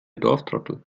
dorftrottel